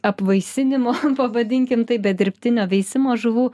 apvaisinimo pavadinkim taip be dirbtinio veisimo žuvų